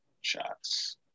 shots